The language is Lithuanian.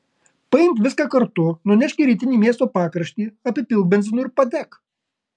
paimk viską kartu nunešk į rytinį miesto pakraštį apipilk benzinu ir padek